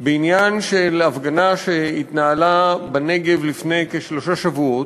בעניין של הפגנה שהתנהלה בנגב לפני כשלושה שבועות.